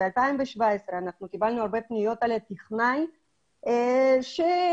בשנת 2017 קיבלנו הרבה פניות על הטכנאי שלוקח